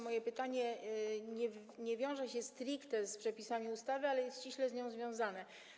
Moje pytanie nie wiąże się stricte z przepisami ustawy, ale jest ściśle z nią związane.